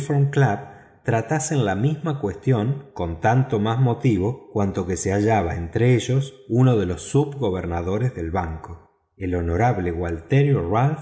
club tratasen la misma cuestión con tanto más motivo cuanto que se hallaba entre ellos uno de los subgobernadores del banco el honorable gualterio